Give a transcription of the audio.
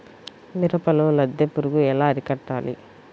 మిరపలో లద్దె పురుగు ఎలా అరికట్టాలి?